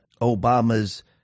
Obama's